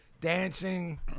dancing